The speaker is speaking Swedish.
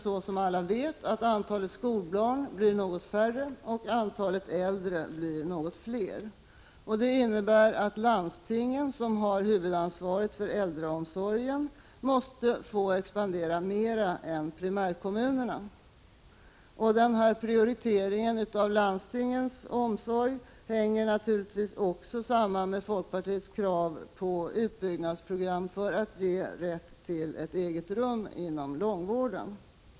Som alla vet blir antalet skolbarn något färre och antalet äldre blir något fler. Det innebär att landstingen, som har huvudansvaret för sjukvården inom äldreomsorgen, måste få expandera mer än primärkommunerna. Denna prioritering av landstingens omsorg hänger naturligtvis också samman med folkpartiets krav på utbyggnadsprogram för att ge rätt till ett eget rum inom långvården.